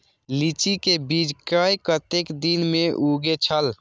लीची के बीज कै कतेक दिन में उगे छल?